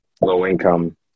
low-income